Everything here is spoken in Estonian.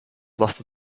lasta